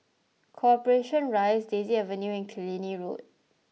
Corporation Rise Daisy Avenue and Killiney Road